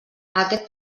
aquest